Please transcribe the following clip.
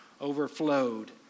overflowed